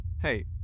Hey